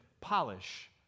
polish